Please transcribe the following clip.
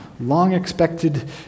long-expected